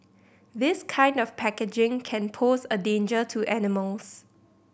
this kind of packaging can pose a danger to animals